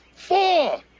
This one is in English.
four